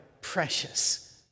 precious